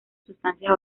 sustancias